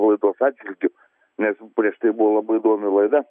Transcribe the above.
laidos atžvilgiu nes prieš tai buvo labai įdomi laida